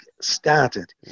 started